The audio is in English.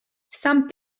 some